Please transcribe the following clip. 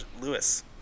Lewis